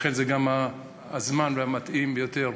לכן זה גם הזמן המתאים ביותר,